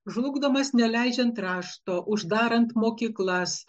žlugdomas neleidžiant rašto uždarant mokyklas